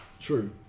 True